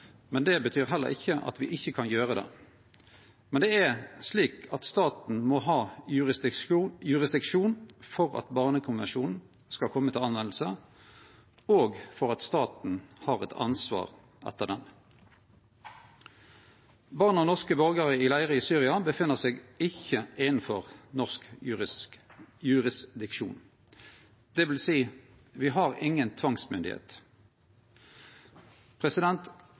men det betyr heller ikkje at me ikkje kan gjere det. Men staten må ha jurisdiksjon for at barnekonvensjonen skal verte anvendt og for at staten skal ha eit ansvar etter han. Barn av norske borgarar i Syria er ikkje innanfor norsk jurisdiksjon, dvs. at me ikkje har nokon tvangsmyndigheit.